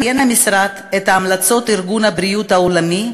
המשרד את המלצות ארגון הבריאות העולמי,